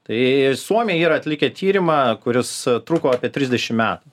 tai suomiai yra atlikę tyrimą kuris truko apie trisdešim metų